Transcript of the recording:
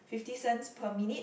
fifty cents per minute